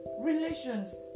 relations